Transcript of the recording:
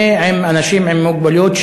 ועם אנשים עם מוגבלויות,